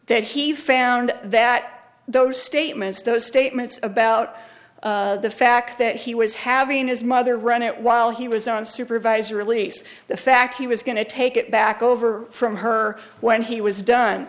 that he found that those statements those statements about the fact that he was having his mother run it while he was on supervised release the fact he was going to take it back over from her when he was done